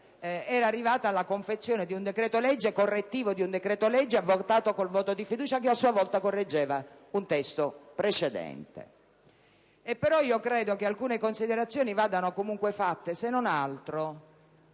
era arrivato alla confezione di un decreto-legge correttivo di un decreto-legge approvato con un voto di fiducia, che a sua volta correggeva un testo precedente. Però, alcune considerazioni vanno comunque fatte, se non altro